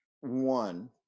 one